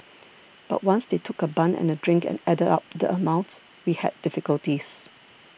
but once they took a bun and a drink and added up the amount we had difficulties